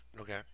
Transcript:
Okay